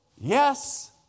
yes